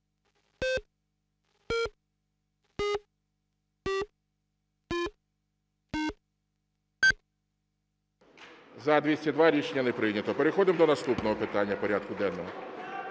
За-202 Рішення не прийнято. Переходимо до наступного питання порядку денного.